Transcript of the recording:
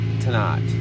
tonight